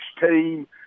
team